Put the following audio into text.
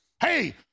Hey